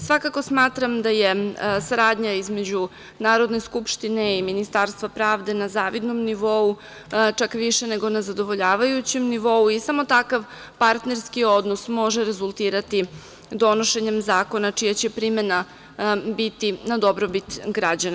Svakako smatram da je saradnja između Narodne skupštine i Ministarstva pravde na zavidnom nivou, čak više nego na zadovoljavajućem nivou i samo takav partnerski odnos može rezultirati donošenjem zakona čija će primena biti na dobrobit građana.